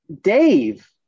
Dave